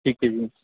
ਠੀਕ ਹੈ ਜੀ